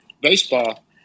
baseball